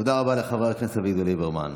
תודה רבה לחבר הכנסת אביגדור ליברמן.